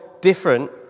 different